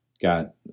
got